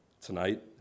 tonight